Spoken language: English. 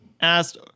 asked